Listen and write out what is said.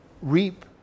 reap